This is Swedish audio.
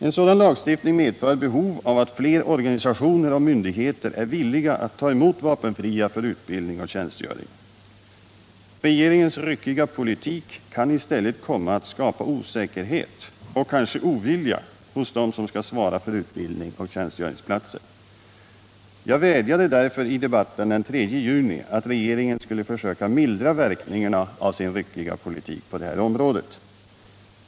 En sådan lagstiftning medför behov av att flera organisationer och myndigheter är villiga att ta emot vapenfria för utbildning och tjänstgöring. Regeringens ryckiga politik kan i stället skapa osäkerhet och kanske ovilja hos dem som skall svara för utbildning och tjänstgöringsplatser. Jag vädjade därför i debatten den 3 juni om att regeringen skulle försöka mildra verkningarna av sin ryckiga politik på detta område.